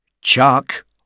Chuck